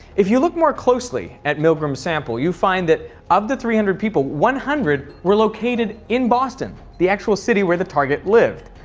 if you look more closely at milgram's sample, you will find that of the three hundred people, one hundred were located in boston, the actual city where the target lived.